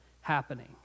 happening